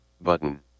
button